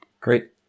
Great